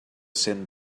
cent